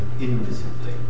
invisibly